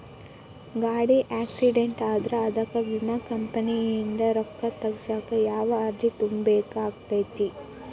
ಗಾಡಿ ಆಕ್ಸಿಡೆಂಟ್ ಆದ್ರ ಅದಕ ವಿಮಾ ಕಂಪನಿಯಿಂದ್ ರೊಕ್ಕಾ ತಗಸಾಕ್ ಯಾವ ಅರ್ಜಿ ತುಂಬೇಕ ಆಗತೈತಿ?